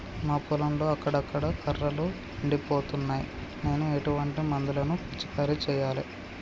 మా పొలంలో అక్కడక్కడ కర్రలు ఎండిపోతున్నాయి నేను ఎటువంటి మందులను పిచికారీ చెయ్యాలే?